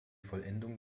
vollendung